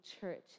church